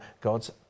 God's